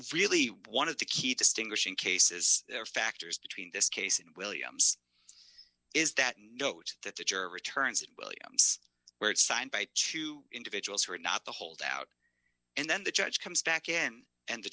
really wanted to keep distinguishing cases factors between this case and williams is that note that the jury returns it williams where it's signed by two individuals who are not the holdout and then the judge comes back in and the